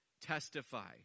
testify